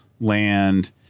land